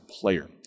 player